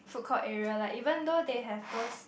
food court area right even though they have those